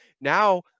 Now